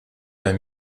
bei